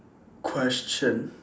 question